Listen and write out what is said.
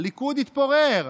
הליכוד יתפורר.